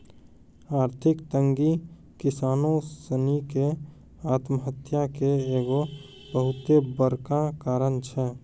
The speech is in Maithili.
आर्थिक तंगी किसानो सिनी के आत्महत्या के एगो बहुते बड़का कारण छै